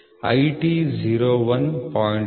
IT 01 0